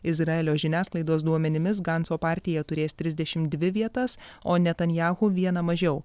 izraelio žiniasklaidos duomenimis ganso partija turės trisdešimt dvi vietas o netanyahu viena mažiau